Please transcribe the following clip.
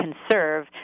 conserve